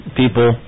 people